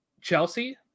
Chelsea